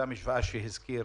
אותה משוואה שהזכיר